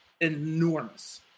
enormous